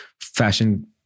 fashion